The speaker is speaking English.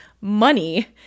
money